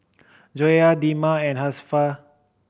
Joyah Damia and Hafsa